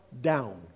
Down